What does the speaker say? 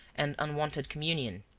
and unwonted communion.